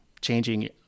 changing